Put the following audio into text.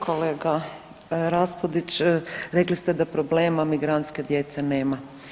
Kolega Raspudić rekli ste da problema migrantske djece nema.